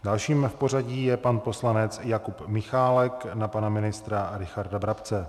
Dalším v pořadí je pan poslanec Jakub Michálek na pana ministra Richarda Brabce.